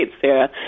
Sarah